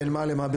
בין מה למה?